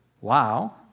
Wow